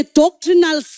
doctrinal